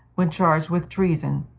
when charged with treason,